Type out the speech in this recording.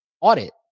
audit